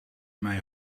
mij